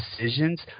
decisions